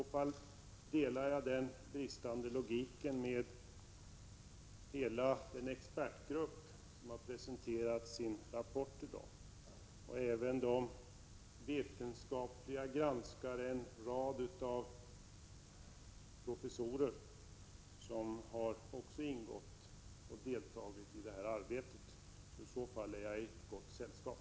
I så fall delar jag den bristande logiken med hela den expertgrupp som har presenterat sin rapport i dag och även de vetenskapliga granskare — en rad professorer — som också ingått och deltagit i detta arbete. Jag är alltså i gott sällskap.